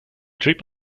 drip